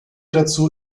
dazu